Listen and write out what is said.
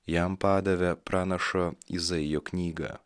jam padavė pranašo izaijo knygą